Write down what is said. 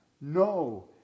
No